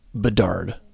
Bedard